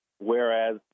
Whereas